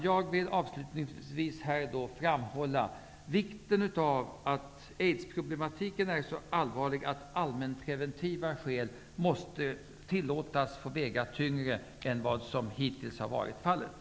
Jag vill framhålla att aids-proble matiken är så allvarlig att allmänpreventiva skäl måste tillåtas väga tyngre än som hittills har varit fallet.